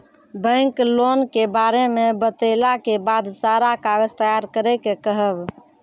Bank loan के बारे मे बतेला के बाद सारा कागज तैयार करे के कहब?